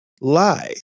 Lie